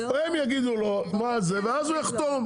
הם יגידו לו מה זה ואז הוא יחתום.